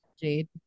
jade